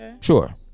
Sure